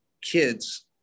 kids